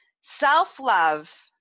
self-love